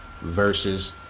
versus